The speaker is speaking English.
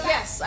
Yes